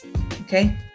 okay